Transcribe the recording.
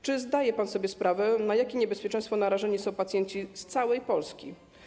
Czy zdaje pan sobie sprawę, na jakie niebezpieczeństwo narażeni są pacjenci z całej Polski?